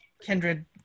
kindred